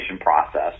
process